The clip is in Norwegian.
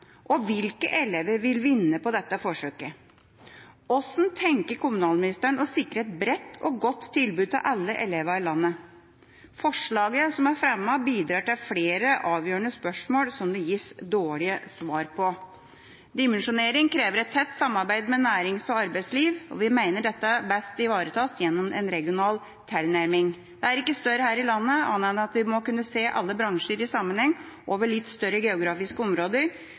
Og hvilke elever vil vinne på dette forsøket? Hvordan tenker kommunalministeren å sikre et bredt og godt tilbud til alle elever i landet? Forslaget som er fremmet, bidrar til flere avgjørende spørsmål som det gis dårlige svar på. Dimensjonering krever et tett samarbeid med nærings- og arbeidsliv, og vi mener dette best ivaretas gjennom en regional tilnærming. Det er ikke større her i landet enn at vi må kunne se alle bransjer i sammenheng over litt større geografiske områder,